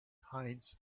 heinz